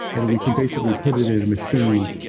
and we can basically put it in a machine.